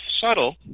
subtle